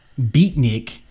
beatnik